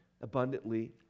abundantly